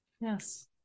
yes